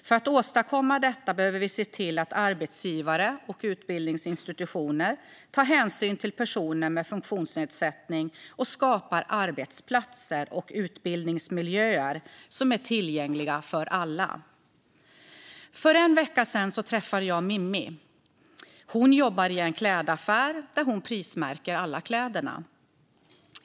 För att åstadkomma detta behöver vi se till att arbetsgivare och utbildningsinstitutioner tar hänsyn till personer med funktionsnedsättning och skapar arbetsplatser och utbildningsmiljöer som är tillgängliga för alla. För en vecka sedan träffade jag Mimmi. Hon jobbar i en klädaffär, där hon prismärker alla kläder.